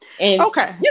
Okay